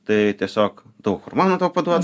tai tiesiog daug hormono tau paduoda